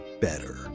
better